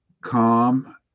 Calm